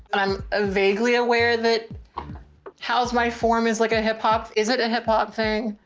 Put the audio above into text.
and i'm ah vaguely aware that how's my form is like a hip hop isn't a hip hop thing.